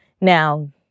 Now